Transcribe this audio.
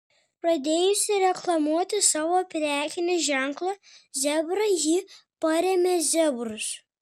pradėjusi reklamuoti savo prekinį ženklą zebra ji parėmė zebrus